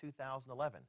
2011